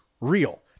real